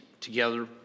together